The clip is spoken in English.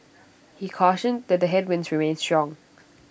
he cautioned that the headwinds remain strong